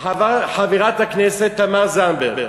חברת הכנסת תמר זנדברג.